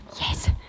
Yes